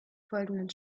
folgenden